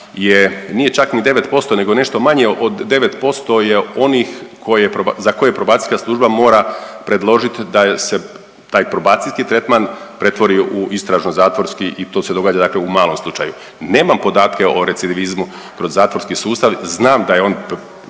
nije čak ni 9% nego je nešto manje od 9% je onih za koje probacijska služba mora predložiti da se taj probacijski tretman pretvori u istražno zatvorski i to se događa dakle u malom slučaju. Nemam podatke o recidivizmu kroz zatvorski sustav, znam da je on